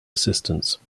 assistance